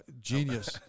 genius